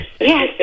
Yes